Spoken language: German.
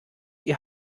ihr